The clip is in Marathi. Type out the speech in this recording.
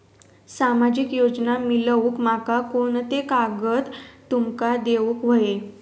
सामाजिक योजना मिलवूक माका कोनते कागद तुमका देऊक व्हये?